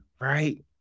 right